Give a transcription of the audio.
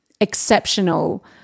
exceptional